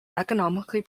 economically